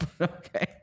Okay